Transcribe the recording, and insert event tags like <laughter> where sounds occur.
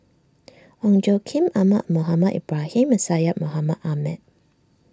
<noise> Ong Tjoe Kim Ahmad Mohamed Ibrahim and Syed Mohamed Ahmed